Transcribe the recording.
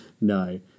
No